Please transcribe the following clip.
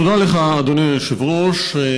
תודה לך, אדוני היושב-ראש.